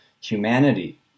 humanity